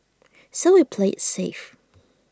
so we played IT safe